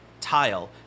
tile